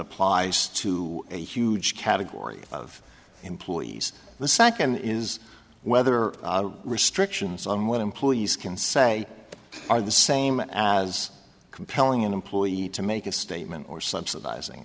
applies to a huge category of employees the second is whether restrictions on what employees can say are the same as compelling an employee to make a statement or subsidizing